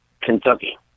Kentucky